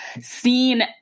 seen